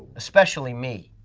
especially me.